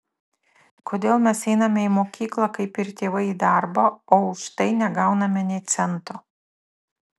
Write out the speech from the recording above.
kodėl mes einame į mokyklą kaip ir tėvai į darbą o už tai negauname nė cento